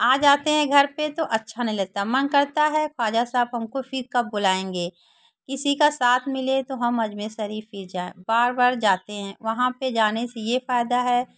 आ जाते हैं घर पर तो अच्छा नहीं लगता है मन करता है ख़्वाजा साहब हमको फिर कब बुलाएंगे किसी का साथ मिले तो हम अजमेर शरीफ़ हीं जाए बार बार जाते हैं वहाँ पर जाने से यह फायदा है